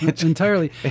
entirely